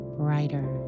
brighter